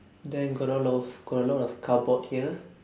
then got a lot of got a lot of cardboard here